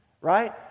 right